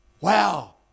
Wow